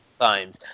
times